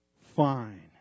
fine